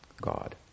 God